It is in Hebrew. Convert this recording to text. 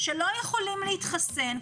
שלא יכולים להתחסן,